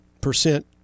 percent